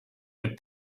with